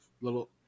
little